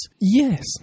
Yes